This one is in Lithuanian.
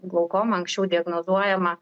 glaukoma anksčiau diagnozuojama